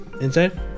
Inside